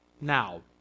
now